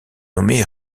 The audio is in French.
nommé